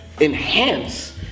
enhance